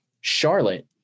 Charlotte